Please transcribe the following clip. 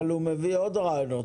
הוא מביא עוד רעיונות.